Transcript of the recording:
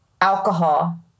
alcohol